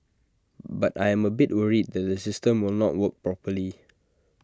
but I am A bit worried that the system will not work properly